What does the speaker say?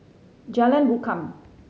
Jalan Rukam